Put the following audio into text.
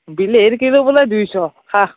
বিলাহীৰ কিলো বোলে দুইশ খা